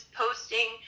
posting